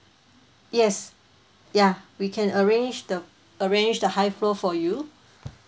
yes we can arrange the arrange the high floor for you